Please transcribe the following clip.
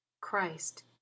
Christ